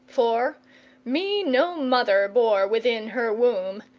for me no mother bore within her womb,